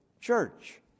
church